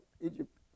Egypt